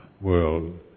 world